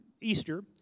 Easter